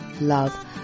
love